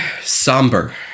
somber